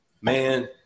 Man